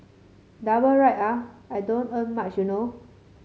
double ride ah I don't earn much you know